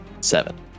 Seven